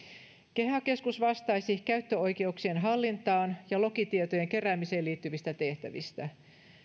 keha keskus vastaisi käyttöoikeuksien hallintaan ja lokitietojen keräämiseen liittyvistä tehtävistä